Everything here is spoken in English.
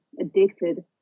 addicted